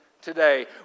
Today